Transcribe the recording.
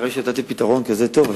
אחרי שנתתי פתרון כזה טוב,